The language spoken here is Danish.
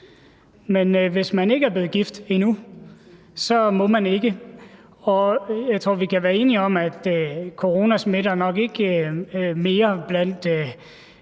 men hvis man endnu ikke er blevet gift, så må man ikke. Og jeg tror, at vi kan være enige om, at corona nok ikke smitter mere blandt